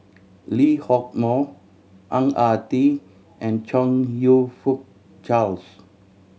Lee Hock Moh Ang Ah Tee and Chong You Fook Charles